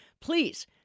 please